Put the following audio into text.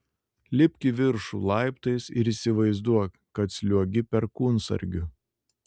lipk į viršų laiptais ir įsivaizduok kad sliuogi perkūnsargiu